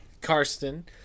karsten